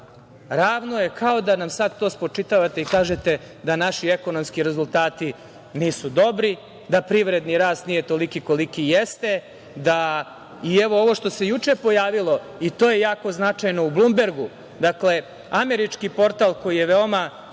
ravno je kao da nam sad to spočitavate i kažete da naši ekonomski rezultati nisu dobri, da privredni rast nije toliki koliki jeste.I, evo ovo što se juče pojavilo i to je jako značajno u „Blumbergu“, dakle američki portal koji je veoma